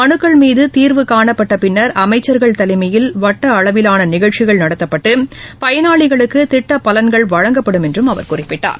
மனுக்கள் மீது தீர்வு காணப்பட்ட பின்னர் அமைச்சர்கள் தலைமையில் வட்ட அளவிலான நிகழ்ச்சிகள் நடத்தப்பட்டு பயனாளிகளுக்கு திட்டப்பலன்கள் வழங்கப்படும் என்றும் அவர் குறிப்பிட்டார்